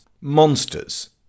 Monsters